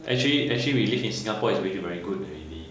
actually actually we live in singapore is really very good already